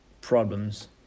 problems